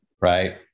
right